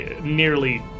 nearly